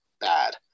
bad